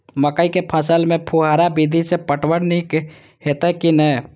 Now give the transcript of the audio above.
मकई के फसल में फुहारा विधि स पटवन नीक हेतै की नै?